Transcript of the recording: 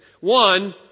One